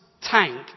tank